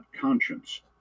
conscience